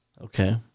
Okay